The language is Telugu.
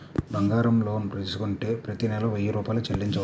బంగారం లోన్ తీసుకుంటే ప్రతి నెల వెయ్యి రూపాయలు చెల్లించవచ్చా?